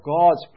God's